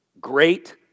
great